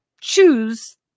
choose